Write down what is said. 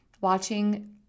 watching